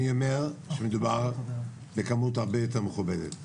אני אומר שמדובר בכמות הרבה יותר מכובדת.